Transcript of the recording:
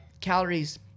calories